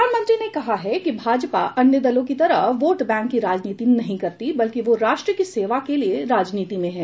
प्रधानमंत्री ने कहा है कि भाजपा अन्य दलों की तरह वोट बैंक की राजनीति नहीं करती बल्कि वह राष्ट्र की सेवा के लिए राजनीति में है